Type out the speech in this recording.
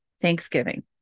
Thanksgiving